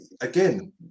again